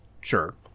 Sure